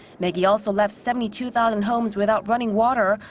megi also left seventy two thousand homes without running water,